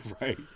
right